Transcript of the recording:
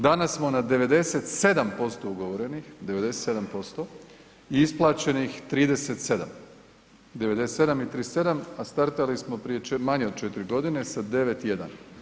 Danas smo na 97% ugovorenih, 97% i isplaćenih 37. 97 i 37, a startali smo prije manje od 4 godine 9,1.